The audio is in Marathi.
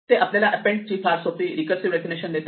ते आपल्याला एपेंड ची फार सोपी रिकर्सिव डेफिनेशन देतात